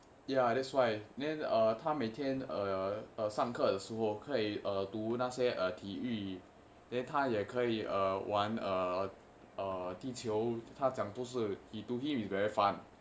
ya that's why then err 他每天上课的时候可以读那些体育他也可以玩踢球球他讲不是一 to him is very fun